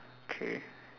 okay